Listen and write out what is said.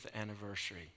anniversary